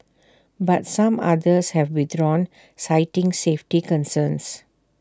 but some others have withdrawn citing safety concerns